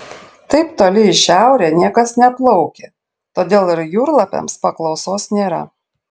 taip toli į šiaurę niekas neplaukia todėl ir jūrlapiams paklausos nėra